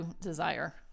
desire